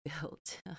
built